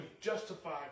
justified